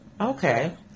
Okay